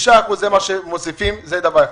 6% זה מה שמוסיפים, זה דבר אחד.